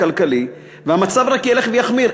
והמצב רק ילך ויחמיר.